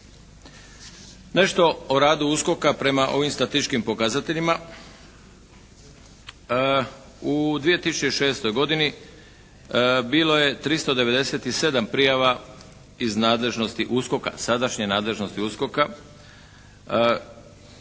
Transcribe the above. Nešto o radu USKOK-a prema ovim statističkim pokazateljima. U 2006. godinu bilo je 397 prijava iz nadležnosti USKOK-a,